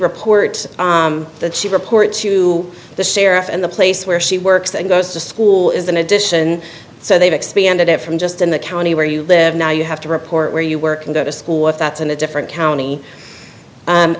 report that she report to the sheriff and the place where she works and goes to school is an addition so they've expanded it from just in the county where you live now you have to report where you work and go to school what that's in a different county